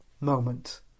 moment